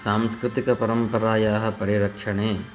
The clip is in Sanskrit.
सांस्कृतिकपरम्परायाः परिरक्षणे